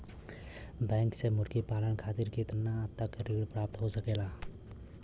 Bank से मुर्गी पालन खातिर कितना तक ऋण प्राप्त हो सकेला?